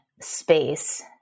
space